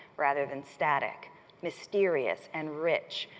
rather than static mysterious and rich,